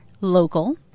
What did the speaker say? local